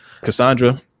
Cassandra